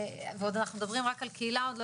ועוד אנחנו מדברים רק על קהילה ועוד לא